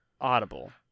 Audible